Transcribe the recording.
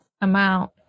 amount